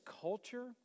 culture